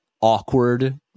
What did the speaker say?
awkward